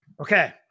Okay